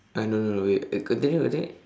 ah no no no wait continue continue